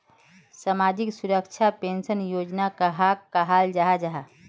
सामाजिक सुरक्षा पेंशन योजना कहाक कहाल जाहा जाहा?